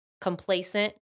complacent